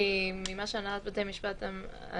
כי ממה שנציגת הנהלת בתי המשפט אמרה,